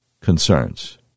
concerns